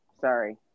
Sorry